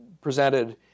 presented